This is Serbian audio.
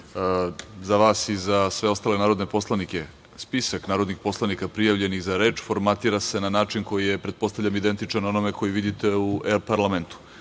vas i za sve ostale narodne poslanike, spisak narodnih poslanika prijavljenih za reč formatira se na način koji je, pretpostavljam, identičan onome koji vidite u e-parlamentu. Dakle,